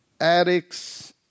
Addicts